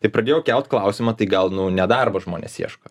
tai pradėjau kelt klausimą tai gal nu ne darbo žmonės ieško